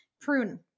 prune